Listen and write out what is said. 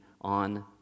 on